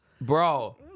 Bro